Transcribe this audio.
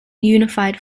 unified